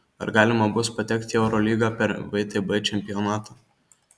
ar galima bus patekti į eurolygą per vtb čempionatą